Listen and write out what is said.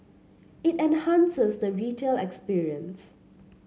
it enhances the retail experience